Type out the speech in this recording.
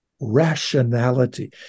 rationality